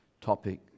topic